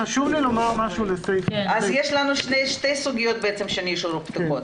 יש לנו שתי סוגיות שנשארו פתוחות.